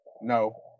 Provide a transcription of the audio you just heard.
No